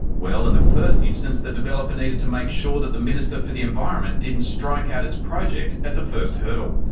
well in the first instance the developer needed to make sure that the minister for the environment didn't strike out its project at the first hurdle.